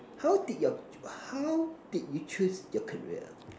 how did your how did you choose your career